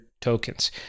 tokens